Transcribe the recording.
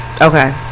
Okay